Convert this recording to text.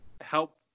help